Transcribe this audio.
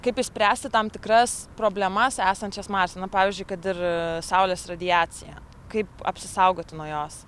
kaip išspręsti tam tikras problemas esančias marse na pavyzdžiui kad ir saulės radiacija kaip apsisaugoti nuo jos